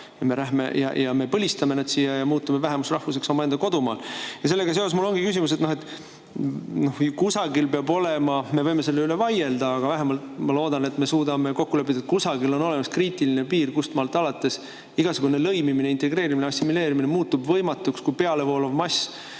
ja me põlistame nad siia ja muutume vähemusrahvuseks omaenda kodumaal. Ja sellega seoses mul ongi küsimus. Me võime selle üle vaielda, aga vähemalt ma loodan, et me suudame kokku leppida, et kusagil on olemas kriitiline piir, kustmaalt alates igasugune lõimimine, integreerimine, assimileerimine muutub võimatuks, kui pealevoolav mass